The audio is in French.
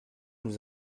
nous